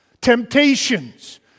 Temptations